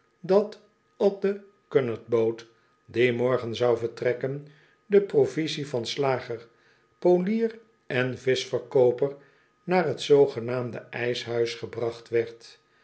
dat op de cunard boot die morgen zou vertrekken de provisie van slager poelier en vischverkooper naar t zoogenaamde ijshuis gebracht werd